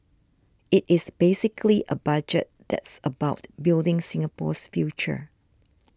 it is basically a budget that's about building Singapore's future